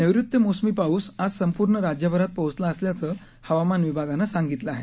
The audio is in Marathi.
नैऋत्य मोसमी पाऊस आज संपूर्ण राज्यभरात पोहोचला असल्याचं हवामान विभागानं सांगितलं आहे